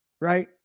right